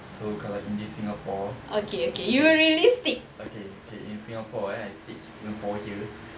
so kalau in this singapore okay okay in singapore eh I stayed singapore here